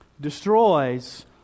destroys